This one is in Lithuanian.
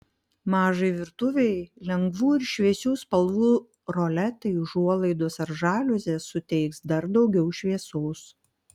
mažai virtuvei lengvų ir šviesių spalvų roletai užuolaidos ar žaliuzės suteiks dar daugiau šviesos